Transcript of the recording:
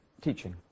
teaching